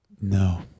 no